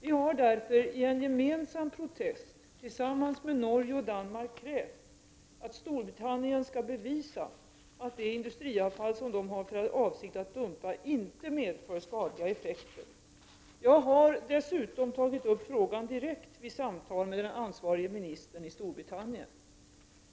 Vi har därför i en gemensam protest tillsammans med Norge och Danmark krävt att Storbritannien skall bevisa att det industriavfall som Storbritannien har för avsikt att dumpa inte medför skadliga effekter. Jag har dessutom tagit upp frågan direkt vid samtal med den ansvarige ministern i Storbritannien.